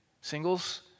Singles